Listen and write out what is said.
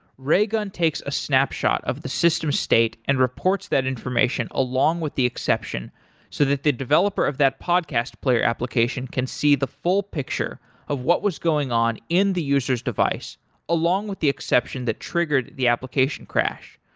raygun takes a snapshot of the system state and reports that information along with the exception so that the developer of that podcast player application can see the full picture of what was going on in the user s device along with the exception that triggered the application crash.